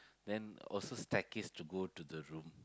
then also stair case to go to the room